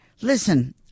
listen